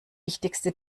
wichtigste